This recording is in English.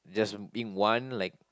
just be one like